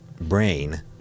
brain